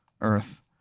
earth